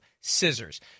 scissors